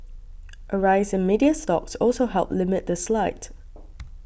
a rise in media stocks also helped limit the slide